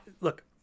Look